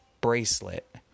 bracelet